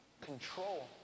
Control